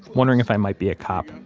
wondering if i might be a cop.